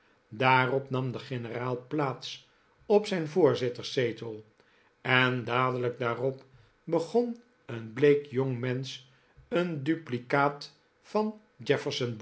daarop nam de generaal plaats op zijn voorzitters zetel en dadelijk daarop begon een bleek jongmensch een duplicaat van